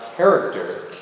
character